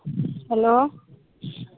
hello